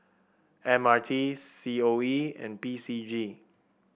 M R T C O E and P C G